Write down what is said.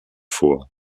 vor